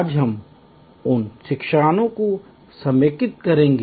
आज हम उन शिक्षणों को समेकित करेंगे